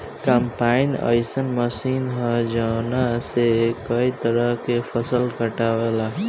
combine अइसन machine ह जवना से कए तरह के फसल कटाला